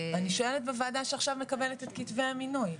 אני שואלת בוועדה שעכשיו מקבלת את כתבי המינוי.